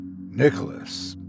Nicholas